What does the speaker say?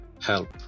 help